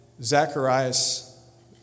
Zacharias